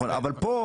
כלומר,